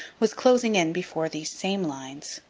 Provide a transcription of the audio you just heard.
was closing in before these same lines,